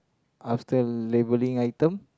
after labelling item